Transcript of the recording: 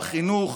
בחינוך,